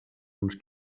uns